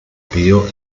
pio